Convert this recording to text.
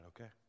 okay